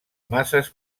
masses